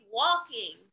walking